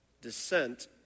Descent